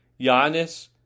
Giannis